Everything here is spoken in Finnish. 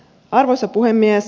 arvoisa puhemies